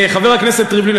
חבר הכנסת ריבלין,